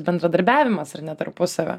bendradarbiavimas ar ne tarpusavio